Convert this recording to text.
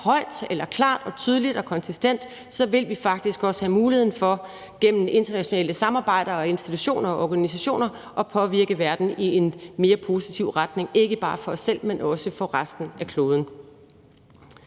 gør det klart, tydeligt og konsistent, så faktisk også vil have muligheden for gennem internationale samarbejder, institutioner og organisationer at påvirke verden i en mere positiv retning, ikke bare for os selv, men også for resten af kloden.